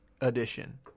edition